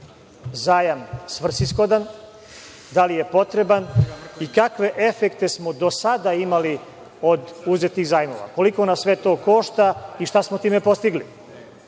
zajam svrsishodan, da li je potreban i kakve efekte smo do sada imali od uzetih zajmova? Koliko nas sve to košta i šta smo time postigli?